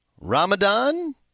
Ramadan